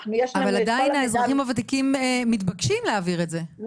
אבל עדיין האזרחים הוותיקים מתבקשים להעביר את זה,